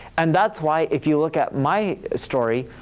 and that's why if you look at my story,